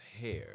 hair